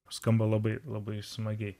skamba labai labai smagiai